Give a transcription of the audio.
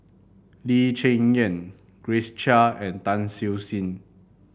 Lee Cheng Yan Grace Chia and Tan Siew Sin